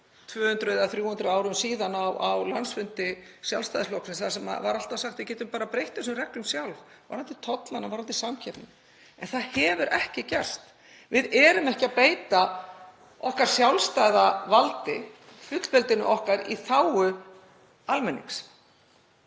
200 eða 300 árum síðan á landsfundi Sjálfstæðisflokksins þar sem var alltaf sagt: Við getum bara breytt þessum reglum sjálf varðandi tollana og varðandi samkeppni. En það hefur ekki gerst. Við erum ekki að beita okkar sjálfstæða valdi, fullveldi okkar, í þágu almennings